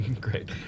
Great